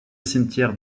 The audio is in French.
cimetière